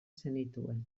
zenituen